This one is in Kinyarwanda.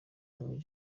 king